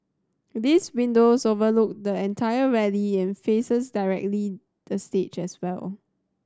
these windows overlook the entire rally and faces directly the stage as well